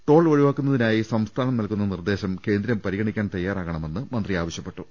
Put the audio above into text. toll ഒഴിവാക്കുന്നതിനായി സംസ്ഥാനം നൽകുന്ന നിർദേശം കേന്ദ്രം പരിഗണിക്കാൻ തയാറാകണമെന്നും മന്ത്രി ആവ ശ്യപ്പെട്ടു